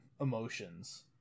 emotions